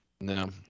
No